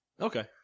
Okay